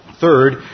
Third